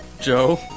Joe